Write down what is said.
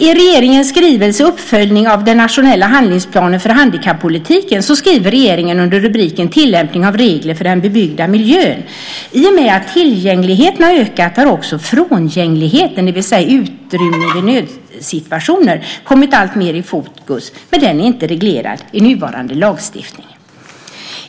I regeringens skrivelse Uppföljning av den nationella handlingsplanen för handikappolitiken skriver regeringen under rubriken Tillämpning av regler för den bebyggda miljön: "I och med att tillgängligheten ökar har också 'frångängligheten' dvs. utrymning i nödsituationer kommit alltmer i fokus men är ej reglerad i nuvarande lagstiftning."